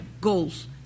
goals